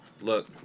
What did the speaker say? Look